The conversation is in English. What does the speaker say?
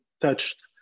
touched